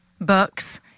books